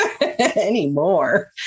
anymore